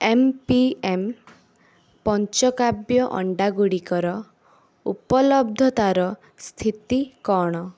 M P M ପଞ୍ଚକାବ୍ୟ ଅଣ୍ଡା ଗୁଡ଼ିକର ଉପଲବ୍ଧତାର ସ୍ଥିତି କ'ଣ